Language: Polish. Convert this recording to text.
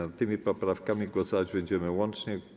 Nad tymi poprawkami głosować będziemy łącznie.